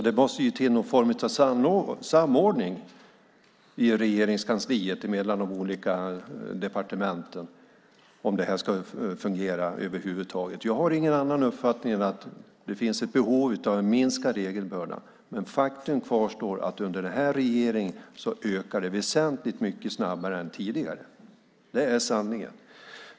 Det måste till någon form av samordning i Regeringskansliet, mellan de olika departementen, om det ska fungera över huvud taget. Jag har ingen annan uppfattning än att det finns ett behov av att minska regelbördan. Faktum kvarstår dock. Under nuvarande regering ökar den väsentligt snabbare än tidigare. Det är sanningen.